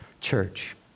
church